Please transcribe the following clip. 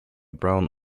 brown